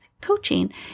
coaching